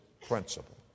Principle